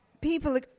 people